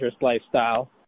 lifestyle